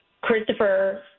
Christopher